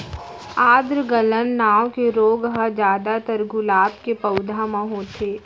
आद्र गलन नांव के रोग ह जादातर गुलाब के पउधा म होथे